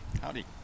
Howdy